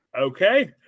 Okay